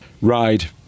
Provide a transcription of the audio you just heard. ride